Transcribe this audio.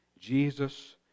Jesus